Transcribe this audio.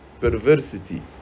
perversity